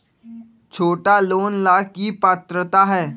छोटा लोन ला की पात्रता है?